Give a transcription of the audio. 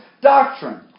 doctrine